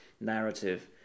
narrative